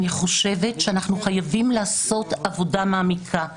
אני חושבת שאנחנו חייבים לעשות עבודה מעמיקה,